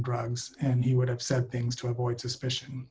drugs and he would have said things to avoid suspicion